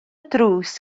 drws